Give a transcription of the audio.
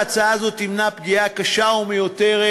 ההצעה הזאת תמנע פגיעה קשה ומיותרת